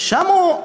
שם הוא,